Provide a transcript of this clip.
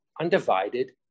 undivided